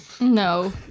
No